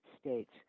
states